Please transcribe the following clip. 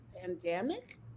pandemic